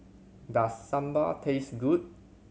does sambal taste good